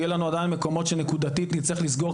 יהיו לנו עדיין מקומות שנקודתית נצטרך לסגור,